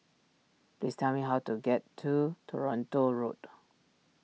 please tell me how to get to Toronto Road